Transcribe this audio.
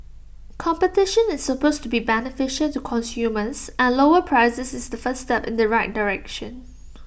competition is supposed to be beneficial to consumers and lower prices is the first step in the right direction